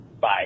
Bye